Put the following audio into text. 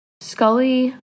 Scully